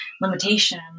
limitation